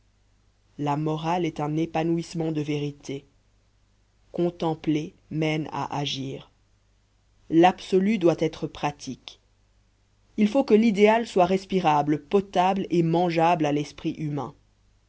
la morale est un épanouissement de vérités contempler mène à agir l'absolu doit être pratique il faut que l'idéal soit respirable potable et mangeable à l'esprit humain